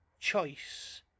...choice